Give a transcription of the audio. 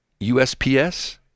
USPS